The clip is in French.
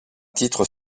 titres